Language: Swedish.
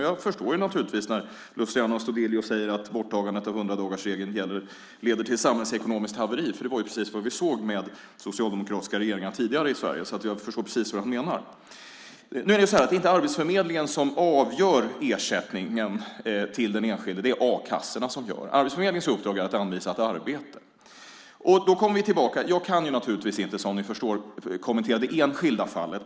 Jag förstår naturligtvis att Luciano Astudillo säger att borttagandet av hundradagarsregeln leder till ett samhällsekonomiskt haveri, för det var precis vad vi såg med socialdemokratiska regeringar tidigare i Sverige. Jag förstår precis vad du menar. Det är inte arbetsförmedlingen som avgör ersättningen till den enskilde. Det är a-kassorna som gör det. Arbetsförmedlingens uppdrag är att anvisa ett arbete. Då kommer vi tillbaka till det här. Jag kan naturligtvis inte, som ni förstår, kommentera det enskilda fallet.